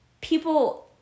people